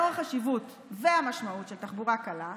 לאור החשיבות והמשמעות של תחבורה קלה,